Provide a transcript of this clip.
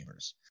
gamers